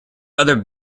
other